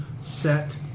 set